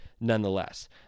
nonetheless